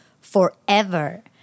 forever